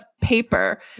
paper